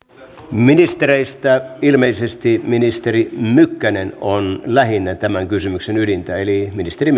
ministereistä ilmeisesti ministeri mykkänen on lähinnä tämän kysymyksen ydintä eli ministeri